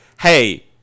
hey